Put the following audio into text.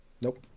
Nope